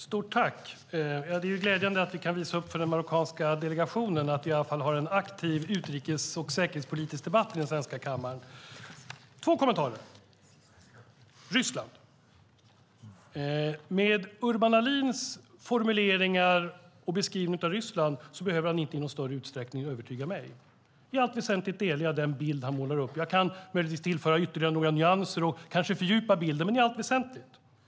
Fru talman! Det är glädjande att vi kan visa upp för den marockanska delegationen att vi i alla fall har en aktiv utrikes och säkerhetspolitisk debatt i den svenska riksdagens kammare. Jag har två kommentarer. Den första gäller Ryssland. Med Urban Ahlins formuleringar och beskrivning av Ryssland behöver han inte i någon större utsträckning övertyga mig. I allt väsentligt delar jag den bild han målar upp. Jag kan möjligtvis tillföra ytterligare några nyanser och kanske fördjupa bilden, men i allt väsentligt delar jag den alltså.